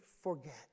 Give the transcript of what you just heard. forget